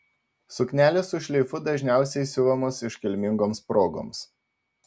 suknelės su šleifu dažniausiai siuvamos iškilmingoms progoms